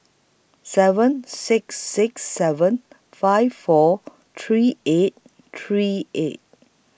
seven six six seven five four three eight three eight